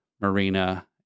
Marina